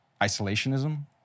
isolationism